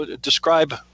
Describe